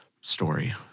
story